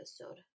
episode